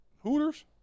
hooters